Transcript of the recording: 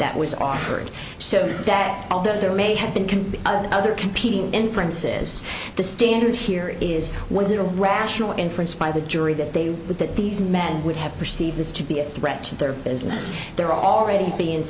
that was offered so that although there may have been can be other competing inferences the standard here is one zero rational inference by the jury that they thought that these men would have perceived this to be a threat to their business they're already being